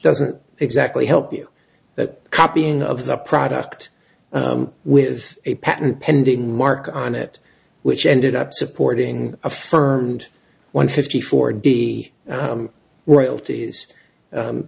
doesn't exactly help you that copying of the product with a patent pending mark on it which ended up supporting affirmed one fifty four d royalties